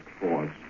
force